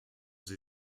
sie